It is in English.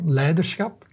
leiderschap